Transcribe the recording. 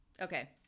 Okay